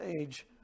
age